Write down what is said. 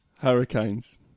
Hurricanes